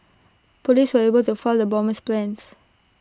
Police were able to foil the bomber's plans